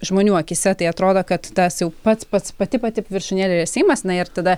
žmonių akyse tai atrodo kad tas jau pats pats pati pati viršūnėlė jau yra seimas na ir tada